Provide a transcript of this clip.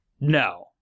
No